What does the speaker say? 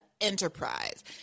Enterprise